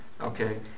okay